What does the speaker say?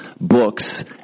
books